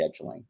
scheduling